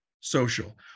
Social